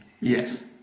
Yes